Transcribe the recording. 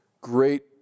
great